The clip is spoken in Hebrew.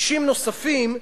אישים נוספים,